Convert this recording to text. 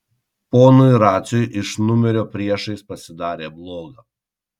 ponui raciui iš numerio priešais pasidarė bloga